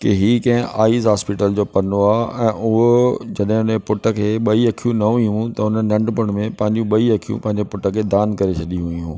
की इहा कंहिं आईस हॉस्पिटल जो पनो आहे ऐं उहो जॾहिं हुन जे पुट खे ॿई अख़ियूं न हुयूं त हुन नंढिपण में ॿई अख़ियूं पंहिंजे पुट खे दानु करे छॾियूं हुयूं